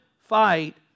fight